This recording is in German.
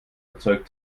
erzeugt